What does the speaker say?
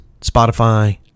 Spotify